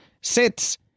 sits